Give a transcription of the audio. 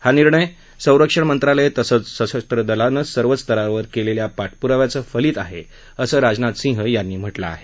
हा निर्णय संरक्षण मंत्रालय तसंच सशस्त् दलानं सर्वच स्तरावर केलेल्या पाठपुराव्याचं फलित आहे असं राजनाथ सिंह यांनी म्हटलं आहे